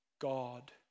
God